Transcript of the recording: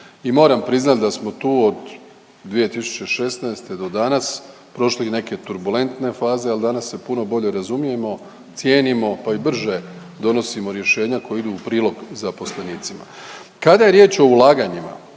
moram priznati da smo tu od 2016. do danas prošli i neke turbulentne faze, ali danas se puno bolje razumijemo, cijenimo pa i brže donosimo rješenja koja idu u prilog zaposlenicima. Kada je riječ o ulaganjima